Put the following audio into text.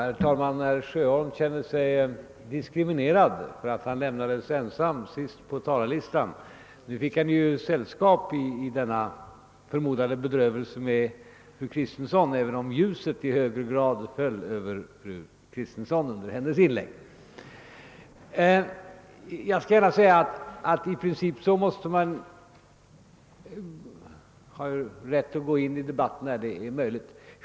Herr talman! Herr Sjöholm känner sig diskriminerad därför att han lämnades ensam sist på talarlistan. Nu fick han ju sällskap i denna förmodade bedrövelse av fru Kristensson — även om ljuset här i plenisalen i högre grad föll över fru Kristensson under hennes inlägg. Jag anser att man i princip måste ha rätt att gå in i debatten när det är möjligt.